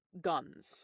guns